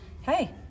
hey